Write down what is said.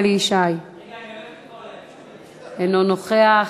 אינו נוכח,